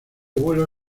vuelo